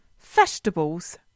vegetables